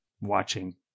watching